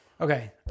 Okay